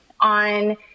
on